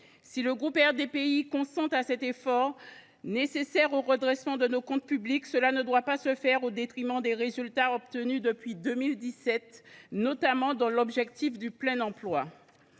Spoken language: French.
Si le groupe RDPI consent à cet effort nécessaire au redressement de nos comptes publics, il estime que ledit effort ne doit pas se faire au détriment des résultats obtenus depuis 2017, notamment dans la recherche du plein emploi.